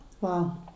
Wow